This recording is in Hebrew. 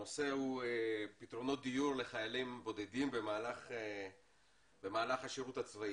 הנושא הוא פתרונות דיור לחיילים בודדים במהלך השירות הצבאי.